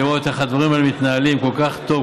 לראות איך הדברים האלה מתנהלים כל כך טוב,